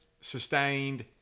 sustained